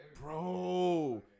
Bro